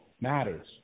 matters